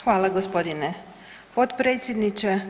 Hvala gospodine potpredsjedniče.